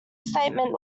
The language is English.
statement